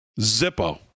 Zippo